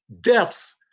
deaths